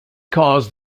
caused